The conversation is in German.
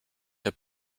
der